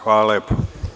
Hvala lepo.